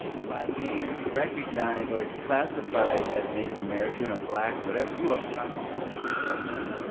by being recognized or classified as native american, or black, or whatever, you are property to your government.